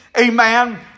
Amen